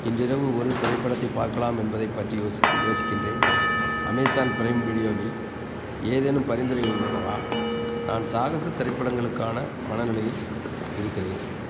இன்றிரவு ஒரு திரைப்படத்தை பார்க்கலாம் என்பதை பற்றி யோசித்து யோசிக்கின்றேன் அமேசான் ப்ரைம் வீடியோவில் ஏதேனும் பரிந்துரைகள் உள்ளனவா நான் சாகச திரைப்படங்களுக்கான மனநிலையில் இருக்கிறேன்